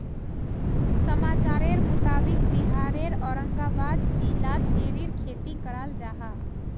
समाचारेर मुताबिक़ बिहारेर औरंगाबाद जिलात चेर्रीर खेती कराल जाहा